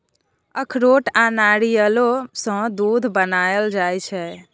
अखरोट आ नारियलो सँ दूध बनाएल जाइ छै